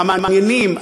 המעניינים,